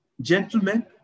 gentlemen